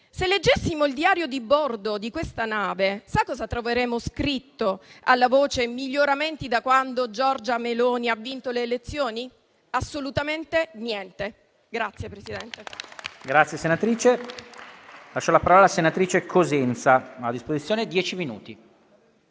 se leggessimo il diario di bordo di questa nave, sa cosa troveremmo scritto alla voce "miglioramenti da quando Giorgia Meloni ha vinto le elezioni"? Assolutamente niente. Grazie, Presidente.